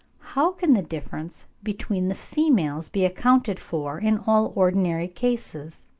how can the differences between the females be accounted for in all ordinary cases?